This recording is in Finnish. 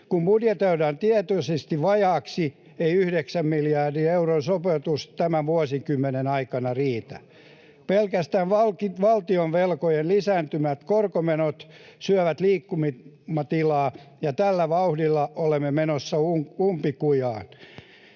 Kun budjetoidaan tietoisesti vajaaksi, ei 9 miljardin euron sopeutus tämän vuosikymmenen aikana riitä. Pelkästään valtion velkojen lisääntyvät korkomenot syövät liikkumatilaa, ja tällä vauhdilla olemme menossa umpikujaan.